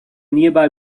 nearby